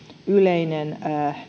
yleinen